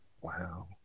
Wow